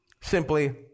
simply